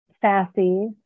sassy